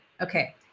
okay